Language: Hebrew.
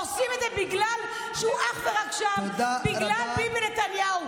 עושים את זה בגלל שהוא אך ורק שם בגלל ביבי נתניהו,